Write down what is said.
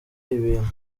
ibintu